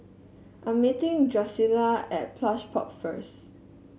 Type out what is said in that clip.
I'm meeting Drucilla at Plush Pods first